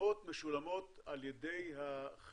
המקדמות משולמות על ידי החברה